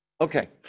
Okay